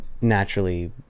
naturally